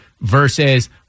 versus